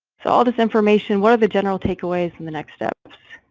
so all this information, what are the general takeaways from the next step?